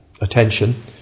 attention